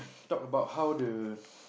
talk about how the